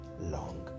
long